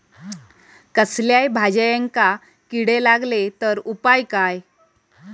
कसल्याय भाजायेंका किडे लागले तर उपाय काय?